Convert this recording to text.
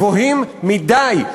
גבוהים מדי,